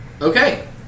Okay